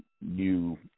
new